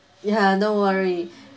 yeah don't worry